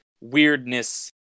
weirdness